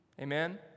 Amen